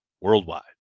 worldwide